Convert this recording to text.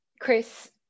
Chris